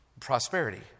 prosperity